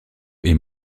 est